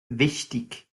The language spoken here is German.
wichtig